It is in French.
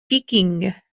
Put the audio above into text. vikings